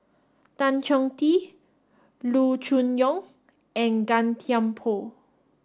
Tan Chong Tee Loo Choon Yong and Gan Thiam Poh